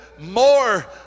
more